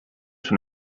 són